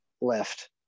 left